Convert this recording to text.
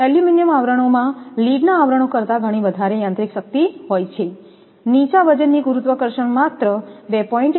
aluminium આવરણોમાં લીડના આવરણો કરતાં ઘણી વધારે યાંત્રિક શક્તિ હોય છે નીચા વજનની ગુરુત્વાકર્ષણ માત્ર 2